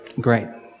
Great